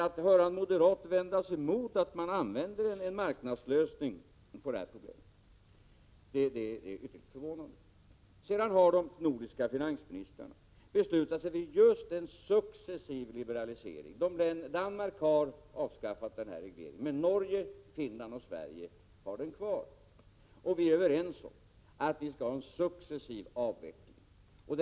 Att höra en moderat invända mot att man använder en marknadslösning på det här problemet är dock mycket förvånande. Danmark har avskaffat regleringen beträffande direktinvesteringar, men Norge, Finland och Sverige har den kvar, och finansministrarna i dessa länder har enat sig om ett beslut om en successiv avveckling av den.